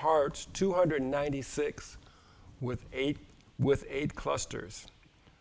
hearts two hundred ninety six with eight with eight clusters